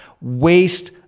Waste